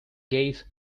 gate